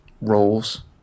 roles